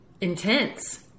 intense